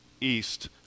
East